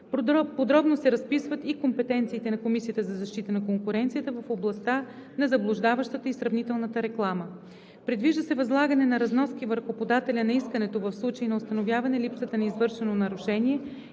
Подробно се разписват и компетенциите на Комисията за защита на конкуренцията в областта на заблуждаващата и сравнителната реклама. Предвижда се възлагане на разноски върху подателя на искането, в случай на установяване липсата на извършено нарушение